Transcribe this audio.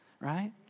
right